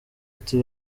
ati